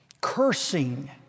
cursing